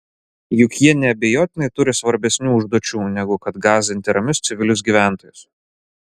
juk jie neabejotinai turi svarbesnių užduočių negu kad gąsdinti ramius civilius gyventojus